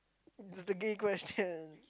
the gay question